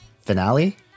finale